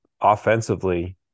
offensively